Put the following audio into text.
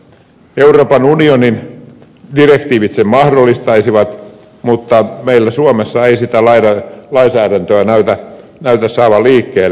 euroopan unionin direktiivit sen mahdollistaisivat mutta meillä suomessa ei sitä lainsäädäntöä näy saatavan liikkeelle